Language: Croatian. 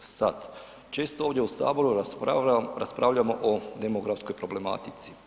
Sad, često ovdje u Saboru raspravljamo o demografskoj problematici.